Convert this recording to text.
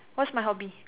what's my hobby